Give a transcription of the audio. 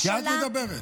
כי את מדברת.